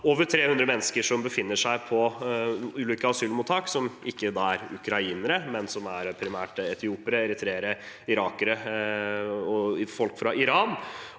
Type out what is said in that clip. over 300 mennesker som befinner seg på asylmottak som ikke er ukrainere, men som primært er etiopiere, eritreere, irakere eller folk fra Iran,